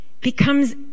becomes